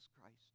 Christ